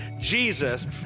Jesus